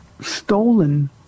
stolen